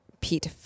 pete